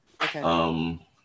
Okay